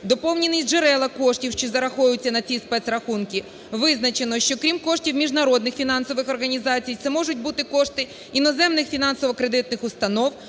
Доповнені джерела коштів, що зараховуються на ці спецрахунки. Визначено, що крім коштів міжнародних фінансових організацій, це можуть бути кошти іноземних фінансово-кредитних установ